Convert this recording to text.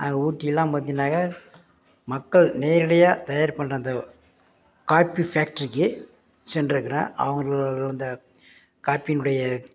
ஊட்டியெலாம் பார்த்தினாக்க மக்கள் நேரடியாக தயார் பண்ணுற அந்த காப்பி ஃபேக்ட்ரிக்கு சென்றிருக்குறேன் அவர்கள் அந்த காப்பியினுடைய